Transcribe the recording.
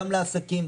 גם לעסקים,